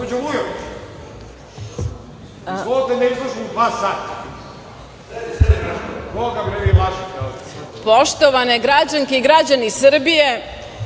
Poštovane građanke i građani Srbije,